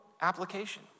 application